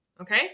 Okay